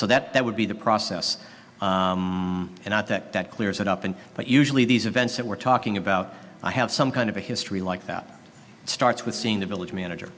so that that would be the process and not that that clears it up and but usually these events that we're talking about i have some kind of a history like that starts with seeing the village manager